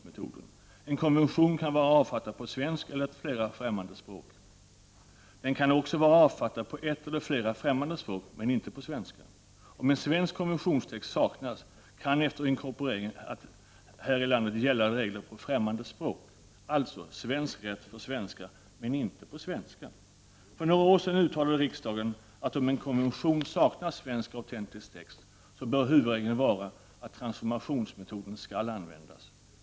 En konvention kan vara avfattad på svenska och på ett eller flera fftämmande språk. Den kan också vara avfattad på ett eller flera ffrämmande språk, men inte på svenska. Om en svensk konventionstext saknas kan efter inkorporering här i landet gälla regler på främmande språk, alltså; svensk rätt för svenskar, men inte på svenska. För några år sedan uttalade riksdagen, att om en konvention saknar svensk autentisk text, bör huvudregeln vara att transformationsmetoden skall användas.